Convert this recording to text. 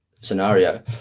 scenario